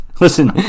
listen